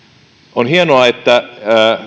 on hienoa että